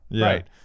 right